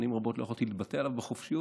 שנים רבות לא יכולתי להתבטא עליו בחופשיות,